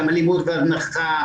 גם אלימות והזנחה,